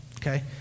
okay